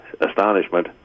astonishment